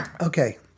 Okay